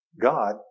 God